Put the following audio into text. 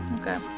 Okay